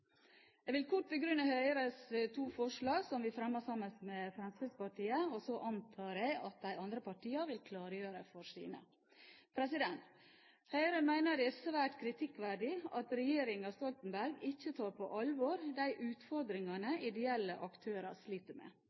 Jeg vil kort begrunne Høyres to forslag, som vi fremmer sammen med Fremskrittspartiet. Så antar jeg at de andre partiene vil redegjøre for sine. Høyre mener det er svært kritikkverdig at regjeringen Stoltenberg ikke tar på alvor de utfordringene ideelle aktører sliter med.